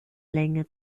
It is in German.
länge